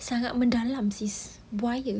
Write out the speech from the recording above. sangat mendalam sis bahaya